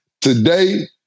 Today